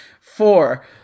Four